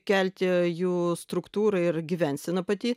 kelti jų struktūra ir gyvensena pati